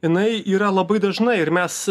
jinai yra labai dažna ir mes